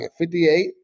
58